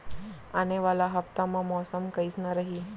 आने वाला हफ्ता मा मौसम कइसना रही?